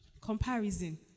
Comparison